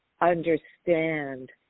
understand